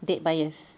dead buyers